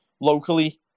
locally